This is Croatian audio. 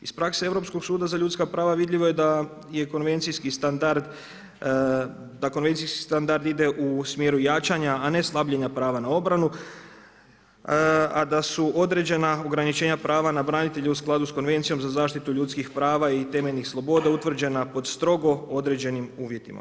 Iz prakse Europskog suda za ljudska prava vidljivo je da je konvencijski standard ide u smjeru jačanja, a ne slabljenja prava na obranu, a da su određena ograničenja prava na branitelje u skladu s Konvencijom za zaštitu ljudskih prava i temeljnih sloboda utvrđena pod strogo određenim uvjetima.